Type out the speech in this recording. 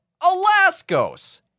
Alaskos